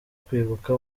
kwibuka